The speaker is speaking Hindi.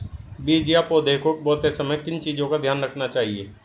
बीज या पौधे को बोते समय किन चीज़ों का ध्यान रखना चाहिए?